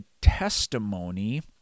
testimony